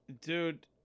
Dude